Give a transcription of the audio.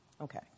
Okay